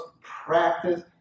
practice